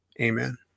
Amen